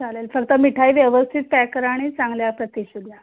चालेल फक्त मिठाई व्यवस्थित पॅक करा आणि चांगल्या प्रतिची द्या